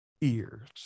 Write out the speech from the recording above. ears